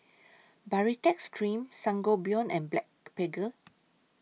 Baritex Cream Sangobion and